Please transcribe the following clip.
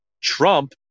Trump